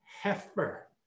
heifer